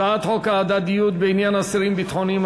הצעת חוק ההדדיות בעניין אסירים ביטחוניים,